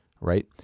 Right